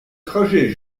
trajet